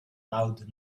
loud